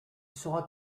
sera